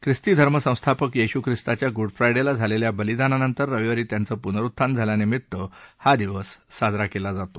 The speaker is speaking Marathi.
ख्रिस्ती धर्म संस्थापक येशू ख्रिस्तांच्या गुड फ्रायडेला झालेल्या बलिदानानंतर रविवारी त्यांचं पुनरुत्थान झाल्यानिमित्त हा दिवस साजरा केला जातो